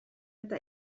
eta